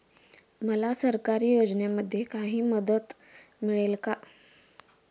मला सरकारी योजनेमध्ये काही मदत मिळेल का?